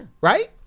Right